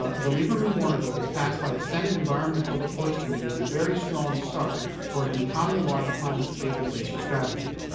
ah the lieberman-warner bill as passed by the senate environment and public works committee is a very strong start toward an economy-wide climate stabilization strategy.